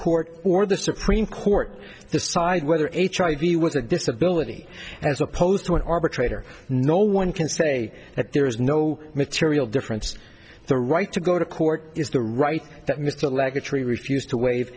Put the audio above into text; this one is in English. court or the supreme court decide whether a try view with a disability as opposed to an arbitrator no one can say that there is no material difference the right to go to court is the right that mr lacker tree refused to waive